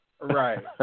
Right